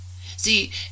See